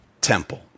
temple